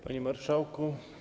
Panie Marszałku!